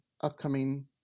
upcoming